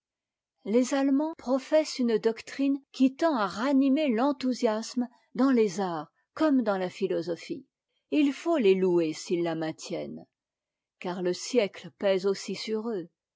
les allemands professent une doctrine qui tend à ranimer l'enthousiasme dans les arts comme dans la philosophie et il faut les louer s'ils la maintiennent car le siècle pèse aussi sur eux